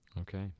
Okay